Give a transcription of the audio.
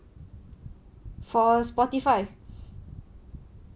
for Spotify